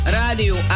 radio